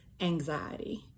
anxiety